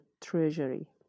Treasury